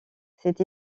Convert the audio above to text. c’est